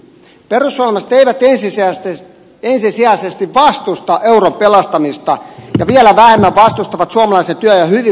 perussuomalaiset eivät ensisijaisesti vastusta euron pelastamista ja vielä vähemmän vastustavat suomalaisen työn ja hyvinvoinnin pelastamista